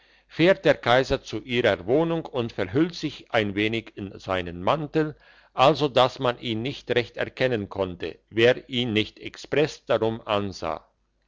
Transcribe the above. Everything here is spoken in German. fährt der kaiser zu ihrer wohnung und verhüllt sich ein wenig in seinen mantel also dass man ihn nicht recht erkennen konnte wer ihn nicht express darum ansah